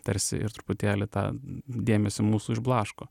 tarsi ir truputėlį tą dėmesį mūsų išblaško